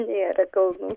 nėra kalnų